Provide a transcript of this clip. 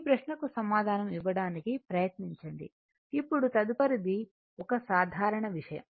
ఈ ప్రశ్నకు సమాధానం ఇవ్వడానికి ప్రయత్నించండి ఇప్పుడు తదుపరిది ఒక సాధారణ విషయం